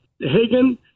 Hagen